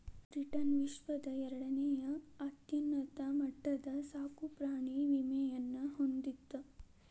Britain ವಿಶ್ವದ ಎರಡನೇ ಅತ್ಯುನ್ನತ ಮಟ್ಟದ ಸಾಕುಪ್ರಾಣಿ ವಿಮೆಯನ್ನ ಹೊಂದಿತ್ತ